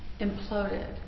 imploded